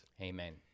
Amen